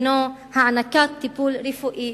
הוא הענקת טיפול רפואי,